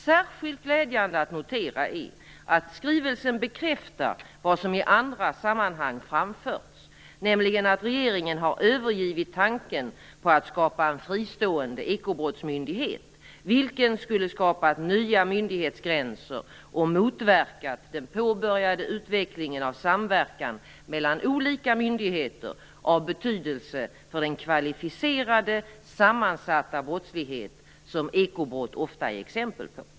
Särskilt glädjande att notera är att skrivelsen bekräftar vad som har framförts i andra sammanhang, nämligen att regeringen har övergivit tanken på att skapa en fristående ekobrottsmyndighet, vilken skulle ha skapat nya myndighetsgränser och skulle ha motverkat den påbörjade utvecklingen av samverkan mellan olika myndigheter av betydelse för den kvalificerade sammansatta brottslighet som ekobrott ofta är exempel på.